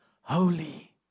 holy